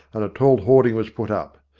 and a tall hoarding was put up.